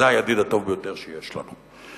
זה הידיד הטוב ביותר שיש לנו.